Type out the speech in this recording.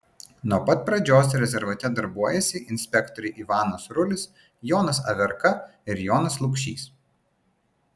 nuo pat pradžios rezervate darbuojasi inspektoriai ivanas rulis jonas averka ir jonas lukšys